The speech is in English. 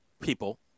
people